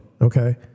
okay